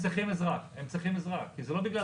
הם צריכים עזרה, כי זה לא בגללם.